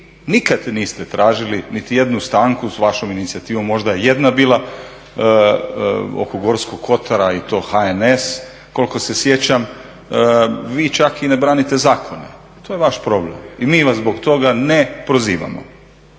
nikad niste tražili nitijednu stanku s vašom inicijativom, možda je jedna bila oko Gorskog kotara i to HNS koliko se sjećam, vi čak i ne branite zakone. To je vaš problem. I mi vas zbog toga ne prozivamo.